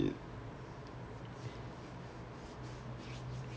and okay luck in the like my module so far